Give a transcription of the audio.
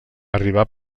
arriba